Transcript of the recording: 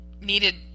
needed